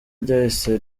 ryahise